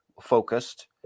focused